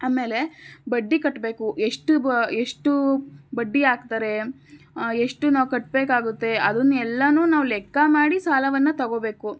ಆಮೇಲೆ ಬಡ್ಡಿ ಕಟ್ಟಬೇಕು ಎಷ್ಟು ಬ ಎಷ್ಟು ಬಡ್ಡಿ ಹಾಕ್ತಾರೆ ಎಷ್ಟು ನಾವು ಕಟ್ಟಬೇಕಾಗತ್ತೆ ಅದನ್ನೆಲ್ಲಾನು ನಾವು ಲೆಕ್ಕ ಮಾಡಿ ಸಾಲವನ್ನು ತಗೋಬೇಕು